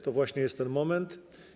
To właśnie jest ten moment.